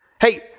Hey